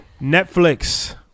Netflix